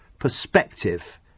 Perspective